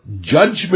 judgment